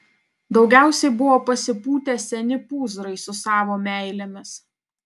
daugiausiai buvo pasipūtę seni pūzrai su savo meilėmis